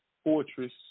fortress